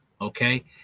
Okay